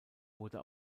wurde